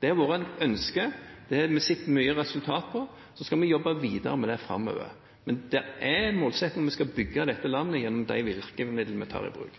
Det har vært et ønske, det har vi sett resultater av, og det er noe som vi vil jobbe videre med framover. Men det er en målsetting at vi skal bygge dette landet gjennom de virkemidlene vi tar i bruk.